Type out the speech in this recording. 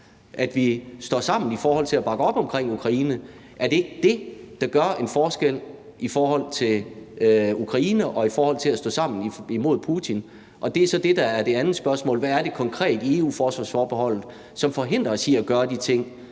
at vi står sammen i forhold til at bakke op omkring Ukraine? Er det ikke det, der gør en forskel i forhold til Ukraine og i forhold til at stå sammen imod Putin? Det er så det, der er det andet spørgsmål. Hvad er det konkret i EU-forsvarsforbeholdet, som forhindrer os i at gøre de ting,